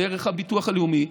דרך הביטוח הלאומי,